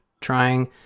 trying